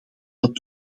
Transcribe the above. dat